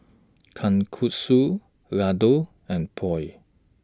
Kalguksu Ladoo and Pho